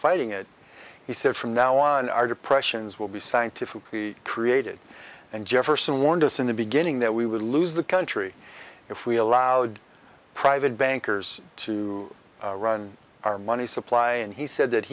fighting it he said from now on our depressions will be scientifically created and jefferson warned us in the beginning that we would lose the country if we allowed private bankers to run our money supply and he said that